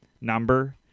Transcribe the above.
number